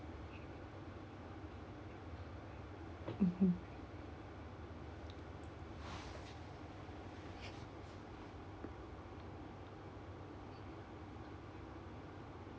mmhmm